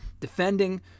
Defending